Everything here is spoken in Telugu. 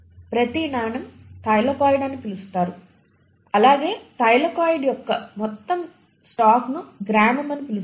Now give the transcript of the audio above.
ప్రతి నాణెం థైలాకోయిడ్ అని పిలుస్తారు అలాగే థైలాకోయిడ్ యొక్క మొత్తం స్టాక్ను గ్రానమ్ అని పిలుస్తారు